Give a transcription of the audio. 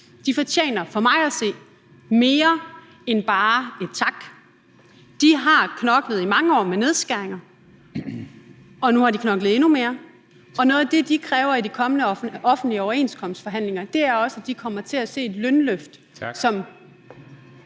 fortjener for mig at se mere end bare tak. De har knoklet i mange år med nedskæringer, og nu har de knoklet endnu mere, og noget af det, de kræver i de kommende offentlige overenskomstforhandlinger, er også, at de kommer til at se et lønløft